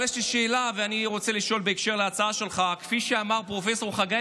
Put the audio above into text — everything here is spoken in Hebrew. אבל יש לי שאלה בהקשר להצעה שלך: פרופ' חגי